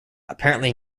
apparently